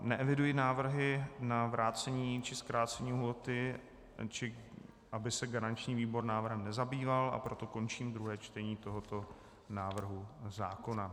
Neeviduji návrhy na vrácení či zkrácení lhůty, či aby se garanční výbor návrhem nezabýval, a proto končím druhé čtení tohoto návrhu zákona.